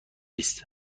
است